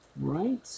Right